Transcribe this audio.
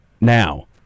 now